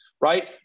right